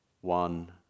one